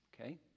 Okay